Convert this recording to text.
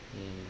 mm